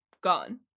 gone